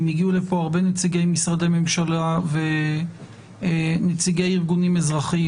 הגיעו לפה הרבה נציגי משרדי ממשלה ונציגי ארגונים אזרחיים.